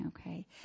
okay